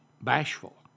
bashful